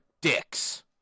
dicks